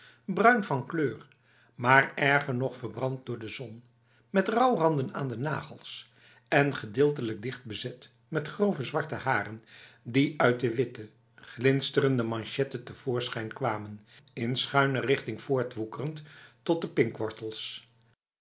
bruin van kleur maar erger nog verbrand door de zon met rouw randen aan de nagels en gedeeltelijk dicht bezet met grove zwarte haren die uit de witte glinsterende manchetten te voorschijn kwamen in schuine richting voortwoekerend tot de